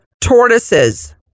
tortoises